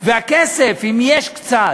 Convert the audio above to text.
והכסף, אם יש קצת,